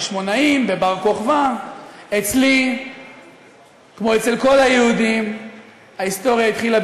השאלות: מתי התחילה ההיסטוריה?